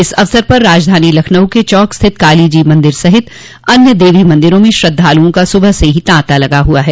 इस अवसर पर राजधानी लखनऊ के चौक स्थित कालीजी मंदिर सहित अन्य देवी मंदिरों में श्रद्धालुओं का सुबह से ही तांता लगा हुआ है